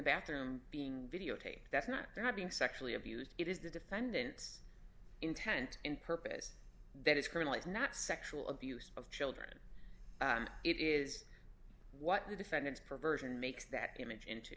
bathroom being videotaped that's not there not being sexually abused it is the defendant's intent and purpose that is currently not sexual abuse of children it is what the defendants perversion makes that image into